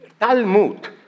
Talmud